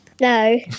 No